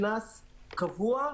קנס קבוע,